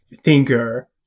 thinker